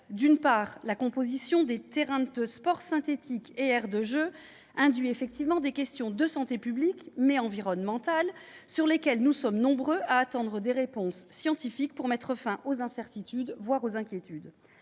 D'une part, la composition des terrains de sport synthétiques et des aires de jeu induit des questions de santé publique, mais aussi environnementales, sur lesquelles nous sommes nombreux à attendre des réponses scientifiques, pour mettre fin aux incertitudes, voire aux inquiétudes.